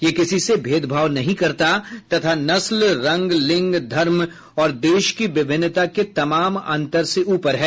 यह किसी से भेदभाव नहीं करता तथा नस्ल रंग लिंग धर्म और देश की विभिन्नता के तमाम अंतर से ऊपर है